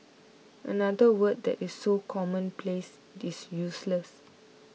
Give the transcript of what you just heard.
another word that is so commonplace it is useless